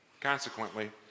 Consequently